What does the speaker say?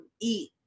eat